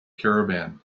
caravan